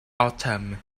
autumn